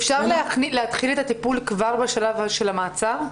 אפשר להתחיל את הטיפול כבר בשלב של המעצר?